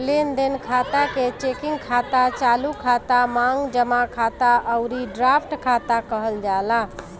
लेनदेन खाता के चेकिंग खाता, चालू खाता, मांग जमा खाता अउरी ड्राफ्ट खाता कहल जाला